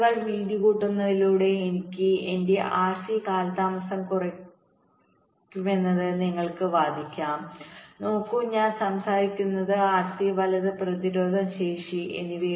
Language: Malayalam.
വയറുകൾ വീതികൂട്ടുന്നതിലൂടെ എനിക്ക് എന്റെ ആർസി കാലതാമസം കുറയ്ക്കാനാകുമെന്ന് നിങ്ങൾക്ക് വാദിക്കാം നോക്കൂ ഞാൻ സംസാരിക്കുന്നത് ആർസി വലത് പ്രതിരോധം ശേഷിright resistance and capacitance